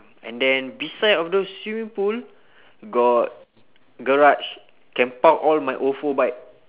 and then beside of the swimming pool got garage can park all my ofo bike